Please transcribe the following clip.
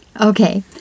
Okay